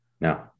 No